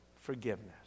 forgiveness